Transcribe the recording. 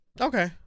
Okay